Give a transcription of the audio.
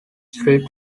street